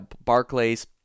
Barclays